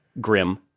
grim